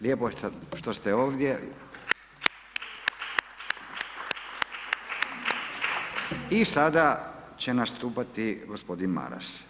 Lijepo je što ste ovdje. I sada će nastupati gospodin Maras.